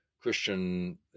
Christian